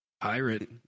Pirate